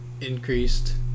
increased